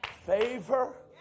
Favor